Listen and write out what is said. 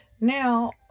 Now